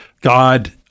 God –